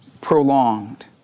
prolonged